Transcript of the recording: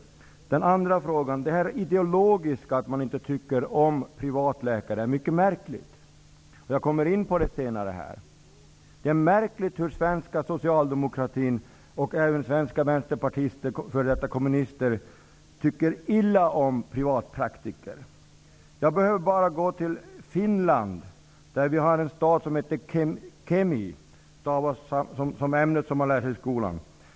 Vidare har vi den andra frågan. Det är mycket märkligt med denna ideologiska inställning att inte tycka om privatläkare. Jag kommer in på den frågan senare. Det är märkligt hur den svenska socialdemokratin -- och även svenska vänsterpartister, f.d. kommunister -- tycker illa om privatpraktiker. Jag behöver bara gå till Finland och en stad som heter Kemi.